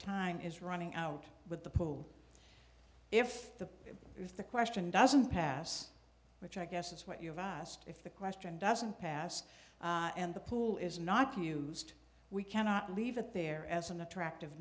time is running out with the pool if the if the question doesn't pass which i guess is what you've asked if the question doesn't pass and the pool is not used we cannot leave it there as an attractive